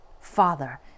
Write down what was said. father